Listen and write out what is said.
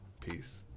Peace